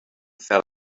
fell